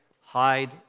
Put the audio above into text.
Hide